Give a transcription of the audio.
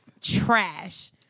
Trash